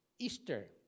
Easter